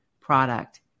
product